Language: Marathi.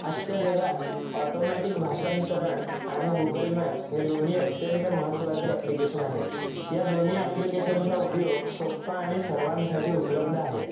आजच्या जगात ऑटोमॅटिक भाषांतरण आणि गूगल मॅप्स हे दोन्ही अत्यंत महत्त्वाचे अॅप्लिकेशन आहेत या दोन्ही अॅप्लिकेशनचा उपयोग सोपा आणि सर्वांसाठी उपलब्ध आहे